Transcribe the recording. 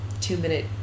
two-minute